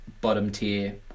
bottom-tier